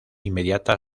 inmediata